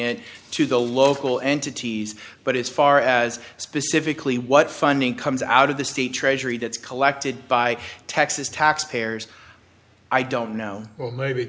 it to the local entities but it's far as specifically what funding comes out of the state treasury that's collected by taxes taxpayers i don't know maybe